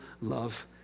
love